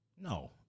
No